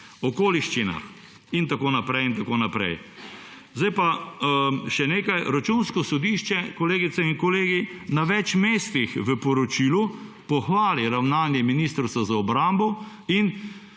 okoliščinah in tako naprej in tako naprej. Zdaj pa še nekaj. Računsko sodišče, kolegice in kolegi, na več mestih v poročilu pohvali ravnanje Ministrstva za obrambo in